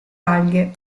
alghe